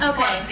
Okay